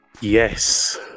Yes